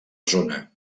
zona